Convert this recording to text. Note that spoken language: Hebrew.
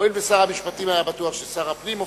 הואיל ושר המשפטים היה בטוח ששר הפנים מופיע,